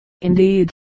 Indeed